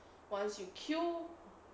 once you kill